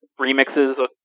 remixes